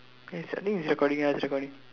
okay I think it's recording ya it's recording